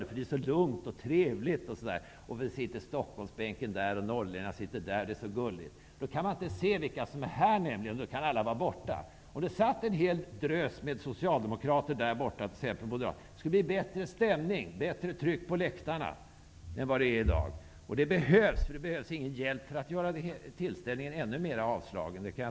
Det är så trevligt när stockholmarna sitter för sig och norrlänningar för sig. -- Då kan man nämligen inte se vilka som är här. -- Om t.ex en hel drös socialdemokrater satt tillsammans skulle det bli bättre stämning än vad det är i dag. Det är det som behövs -- det behövs ingen hjälp för att få tillställningen ännu mer avslagen.